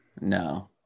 No